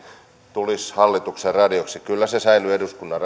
tulisi hallituksen radio kyllä se säilyy eduskunnan